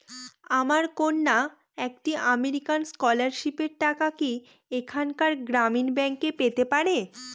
আমার কন্যা একটি আমেরিকান স্কলারশিপের টাকা কি এখানকার গ্রামীণ ব্যাংকে পেতে পারে?